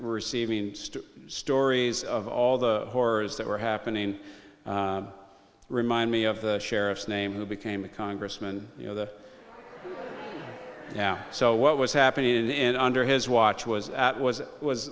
to stories of all the horrors that were happening remind me of the sheriff's name who became a congressman you know the yeah so what was happening and under his watch was at was it was